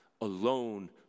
alone